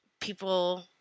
people